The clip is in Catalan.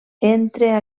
entre